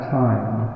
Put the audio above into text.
time